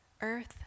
earth